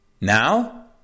Now